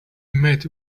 met